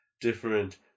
different